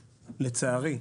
לצערי,